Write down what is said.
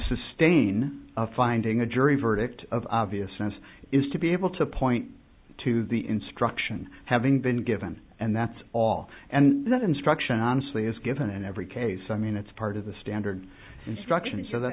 sustain finding a jury verdict of obviousness is to be able to point to the instruction having been given and that's all and that instruction honestly is given in every case i mean it's part of the standard instruction